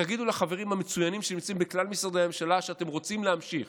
תגידו לחברים המצוינים שנמצאים בכלל משרדי הממשלה שאתם רוצים להמשיך.